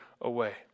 away